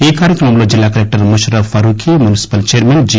ఈ కార్యక్రమంలో జిల్లా collector Musharraf Farooqui municipal chairman G